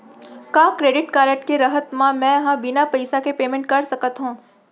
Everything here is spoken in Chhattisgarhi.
का क्रेडिट कारड के रहत म, मैं ह बिना पइसा के पेमेंट कर सकत हो?